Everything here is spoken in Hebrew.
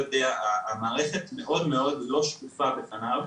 המערכת מאוד מאוד לא שקופה בפניו.